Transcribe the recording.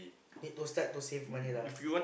it will start to save money lah